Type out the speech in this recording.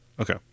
Okay